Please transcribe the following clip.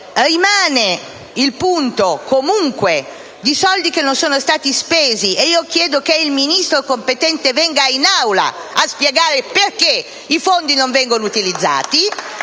comunque, il punto di soldi che non sono stati spesi. Io chiedo, pertanto, che il Ministro competente venga in Aula a spiegare perché i fondi non vengono utilizzati.